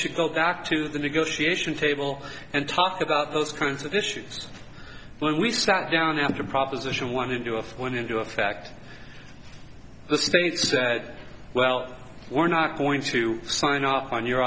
should go back to the negotiation table and talk about those kinds of issues when we sat down and the proposition want to do a went into effect the state said well we're not going to sign off on your